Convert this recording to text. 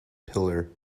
pillar